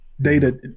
data